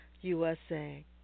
USA